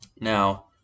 Now